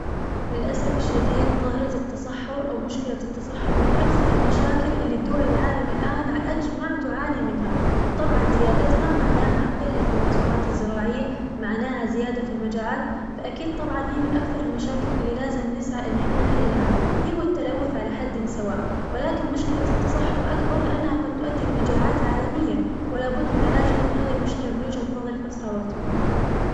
للأسف الشديد ظاهرة التصحر أو مشكلة التصحر من أكثر المشاكل اللي دول العالم على أجمع تعاني منها، وطبعاً زيادتها معناها قلة المحصولات الزراعية، معناها زيادة المجاعات فاكيد طبعاً هي من أكثر المشاكل اللي لازم نسعى إن احنا نحلها هي والتلوث على حد سواء، ولكن مشكلة التصحر أكبر لأنها قد تؤدي إلى مجاعات عالمية ولابد من علاج هذه المشكلة من وجهة نظري في أسرع وقت ممكن.